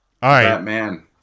Batman